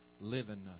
living